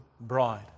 Bride